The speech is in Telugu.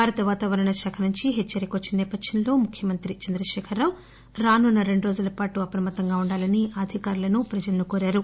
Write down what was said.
భారత వాతావరణ శాఖ నుంచి హెచ్చరిక వచ్చిన నేప థ్యంలో ముఖ్యమంత్రి చంద్రశేఖరరావు రానున్న రెండు రోజుల పాటు అప్రమత్తంగా ఉం డాలని అధికారులను ప్రజలను కోరారు